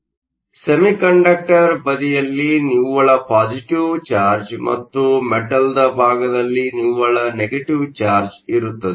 ಆದ್ದರಿಂದ ಸೆಮಿಕಂಡಕ್ಟರ್ ಬದಿಯಲ್ಲಿ ನಿವ್ವಳ ಪಾಸಿಟಿವ್ ಚಾರ್ಜ್ ಮತ್ತು ಮೆಟಲ್ನ ಭಾಗದಲ್ಲಿ ನಿವ್ವಳ ನೆಗೆಟಿವ್ ಚಾರ್ಜ್ ಇರುತ್ತದೆ